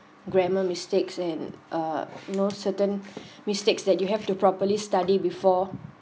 grammar mistakes and uh no certain mistakes that you have to properly study before